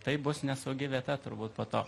tai bus nesaugi vieta turbūt po to